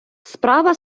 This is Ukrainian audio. справа